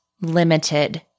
limited